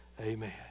Amen